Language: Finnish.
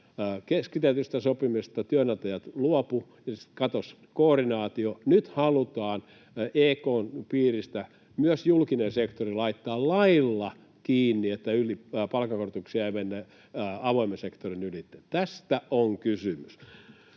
Keskitetystä sopimisesta työnantajat luopuivat, ja katosi koordinaatio, ja nyt halutaan EK:n piiristä myös julkinen sektori laittaa lailla kiinni, niin että palkankorotuksissa ei mennä avoimen sektorin ylitse. Tästä on kysymys.